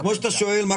אני